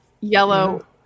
yellow